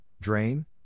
drain